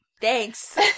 Thanks